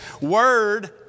word